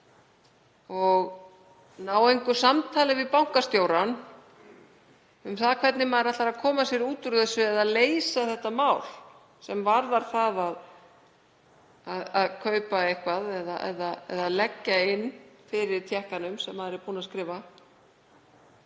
og ná engu samtali við bankastjórann um það hvernig maður ætli að koma sér út úr þessu eða leysa mál sem varðar það að kaupa eitthvað eða leggja inn fyrir tékkanum sem maður er búinn að skrifa.